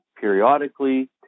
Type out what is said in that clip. periodically